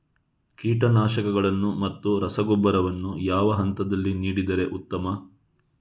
ಕೀಟನಾಶಕಗಳನ್ನು ಮತ್ತು ರಸಗೊಬ್ಬರವನ್ನು ಯಾವ ಹಂತದಲ್ಲಿ ನೀಡಿದರೆ ಉತ್ತಮ?